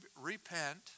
repent